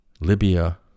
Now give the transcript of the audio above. Libya